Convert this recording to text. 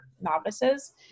novices